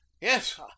Yes